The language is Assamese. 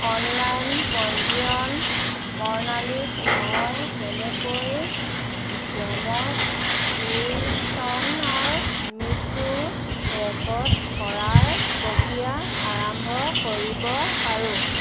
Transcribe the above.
অনলাইন পঞ্জীয়ন প্ৰণালীত মই কেনেকৈ জেমছ উইলছনৰ মৃত্যু ৰেকৰ্ড কৰাৰ প্ৰক্ৰিয়া আৰম্ভ কৰিব পাৰো